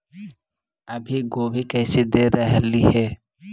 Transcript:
अभी गोभी कैसे दे रहलई हे?